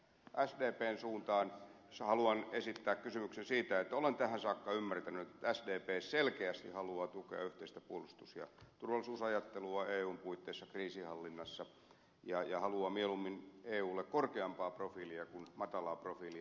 sdpn suuntaan haluan esittää kysymyksen kun olen tähän saakka ymmärtänyt että sdp selkeästi haluaa tukea yhteistä puolustus ja turvallisuusajattelua eun puitteissa kriisinhallinnassa ja haluaa mieluummin eulle korkeampaa profiilia kuin matalaa profiilia